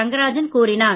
ரங்கராஜன் கூறினார்